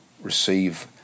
receive